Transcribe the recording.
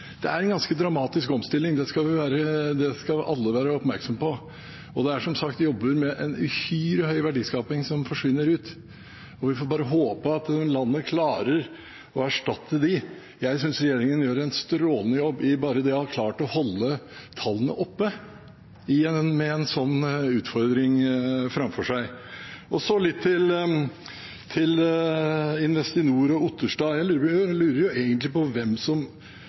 Det er en ganske dramatisk omstilling – det skal alle være oppmerksom på. Og det er som sagt jobber med uhyre høy verdiskaping som forsvinner ut. Vi får bare håpe at landet klarer å erstatte dem. Jeg synes regjeringen gjør en strålende jobb bare ved det å klare å holde tallene oppe med en sånn utfordring framfor seg. Og så til Investinor og representanten Otterstad. Jeg lurer egentlig på om Arbeiderpartiet og Otterstad har lest det som